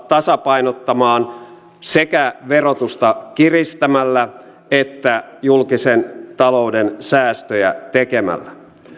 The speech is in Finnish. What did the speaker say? tasapainottamaan sekä verotusta kiristämällä että julkisen talouden säästöjä tekemällä